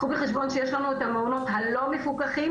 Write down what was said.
קחו בחשבון שיש לנו את המעונות הלא מפוקחים